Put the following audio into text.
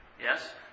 Yes